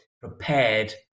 prepared